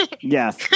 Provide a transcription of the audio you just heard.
Yes